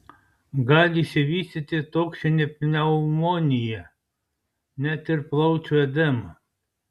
gali išsivystyti toksinė pneumonija net ir plaučių edema